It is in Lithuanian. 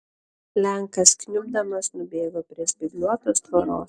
lenkas kniubdamas nubėgo prie spygliuotos tvoros